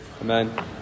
Amen